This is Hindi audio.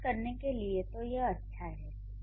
शुरुआत करने के लिए तो यह अच्छा है